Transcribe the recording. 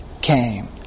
came